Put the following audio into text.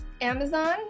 Amazon